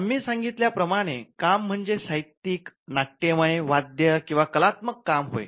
आम्ही आधी सांगितल्या प्रमाणे काम म्हणजे साहित्यिक नाट्यमय वाद्य किंवा कलात्मक काम होय